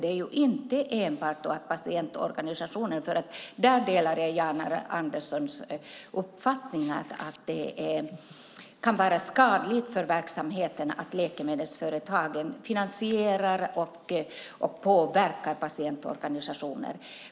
Det är inte enbart patientorganisationer. Jag delar Jan R Anderssons uppfattning att det kan vara skadligt för verksamheten att läkemedelsföretagen finansierar och påverkar patientorganisationer.